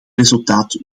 resultaat